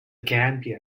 gambia